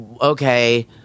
okay –